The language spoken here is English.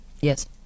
Yes